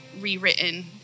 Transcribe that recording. rewritten